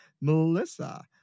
Melissa